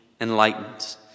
enlightened